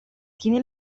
tiene